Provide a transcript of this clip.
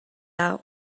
out